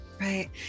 right